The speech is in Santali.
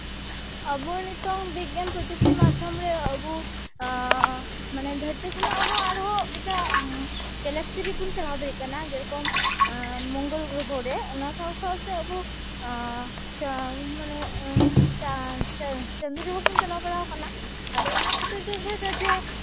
ᱟᱵᱚ ᱱᱤᱛᱚᱝ ᱵᱤᱜᱽᱜᱟᱱ ᱯᱨᱚᱡᱩᱠᱛᱤ ᱢᱟᱫᱽᱫᱷᱚᱢ ᱨᱮ ᱟᱵᱚ ᱢᱟᱱᱮ ᱫᱷᱟᱹᱨᱛᱤ ᱠᱷᱚᱱᱟᱜ ᱦᱚᱸ ᱟᱨᱦᱚᱸ ᱮᱴᱟᱜ ᱜᱞᱟᱠᱥᱤ ᱨᱮᱵᱚᱱ ᱪᱟᱞᱟᱣ ᱫᱟᱲᱮᱜ ᱠᱟᱱᱟ ᱡᱮᱨᱚᱠᱚᱢ ᱢᱚᱝᱜᱚᱞ ᱜᱨᱚᱦᱚ ᱨᱮ ᱚᱱᱟ ᱥᱟᱶ ᱥᱟᱶᱛᱮ ᱟᱵᱚ ᱢᱟᱱᱮ ᱪᱟᱸᱫᱚ ᱨᱮᱦᱚᱸ ᱵᱚᱱ ᱪᱟᱞᱟᱣ ᱵᱟᱲᱟ ᱟᱠᱟᱱᱟ ᱟᱫᱚ ᱚᱱᱟ ᱠᱷᱟᱹᱛᱤᱨ ᱛᱤᱧ ᱞᱟᱹᱭᱫᱟ ᱡᱮ